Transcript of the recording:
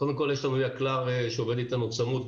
קודם כול יש לנו יקל"ר שעובד איתנו צמוד,